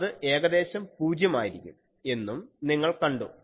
അത് ഏകദേശം പൂജ്യമായിരിക്കും എന്നും നിങ്ങൾ കണ്ടു